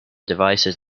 devices